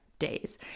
Days